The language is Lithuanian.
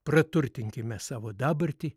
praturtinkime savo dabartį